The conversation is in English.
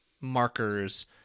markers